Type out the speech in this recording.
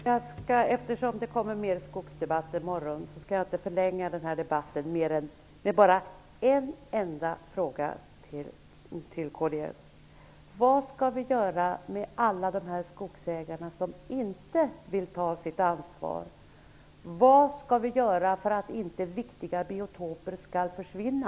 Herr talman! Eftersom det kommer att blir mer debatt om skogen i morgon skall jag inte förlänga den här debatten mer än med en fråga till kds: Vad skall vi göra med alla skogsägare som inte vill ta sitt ansvar, och vad skall vi göra för att inte viktiga biotoper skall försvinna?